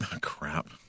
crap